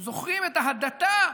אתם זוכרים את ה"הדתה"?